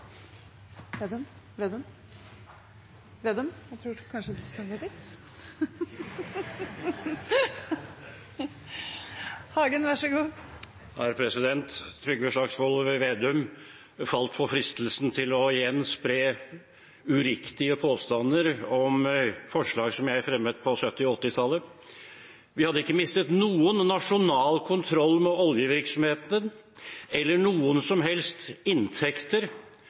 Vedum har tatt opp de forslagene han refererte til. Det blir replikkordskifte. Trygve Slagsvold Vedum falt for fristelsen til igjen å spre uriktige påstander om forslag jeg fremmet på 1970- og 1980-tallet. Vi hadde ikke mistet noen nasjonal kontroll med oljevirksomheten, eller noe som helst av inntekter,